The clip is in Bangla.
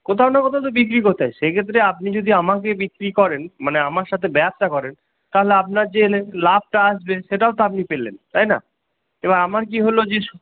কোথাও না কোথাও তো বিক্রি করতে হয় সেক্ষেত্রে আপনি যদি আমাকে বিক্রি করেন মানে আমার সাথে ব্যবসা করেন তাহলে আপনার যে লাভটা আসবে সেটাও তো আপনি পেলেন তাই না এবার আমার কী হল যে